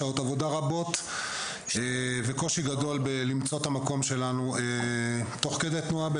שעות עבודה רבות וקושי גדול למצוא את המקום שלנו תוך כדי תנועה.